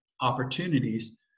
opportunities